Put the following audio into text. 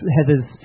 Heather's